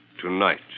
tonight